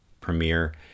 Premiere